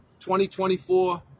2024